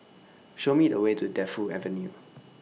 Show Me The Way to Defu Avenue